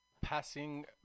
passing